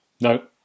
No